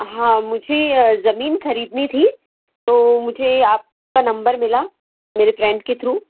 हाँ मुझे ज़मीन ख़रीदनी थी तो मुझे आपका नंबर मिला मेरे फ्रेंड के थ्रू